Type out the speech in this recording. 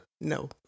No